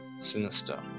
sinister